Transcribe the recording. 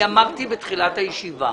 אני אמרתי בתחילת הישיבה